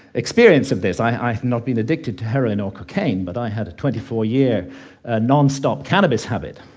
experience of this i've not been addicted to heroine or cocaine, but i had a twenty four year nonstop cannabis habit.